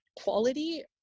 quality